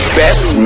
best